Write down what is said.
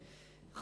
כבוד השר,